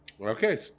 Okay